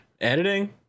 editing